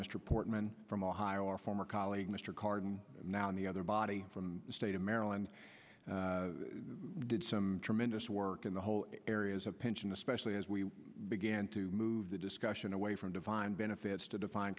mr portman from ohio our former colleague mr carden now in the other body from the state of maryland did some tremendous work in the whole area is a pain and especially as we began to move the discussion away from defined benefits to define